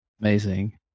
amazing